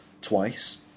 twice